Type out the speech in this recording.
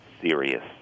serious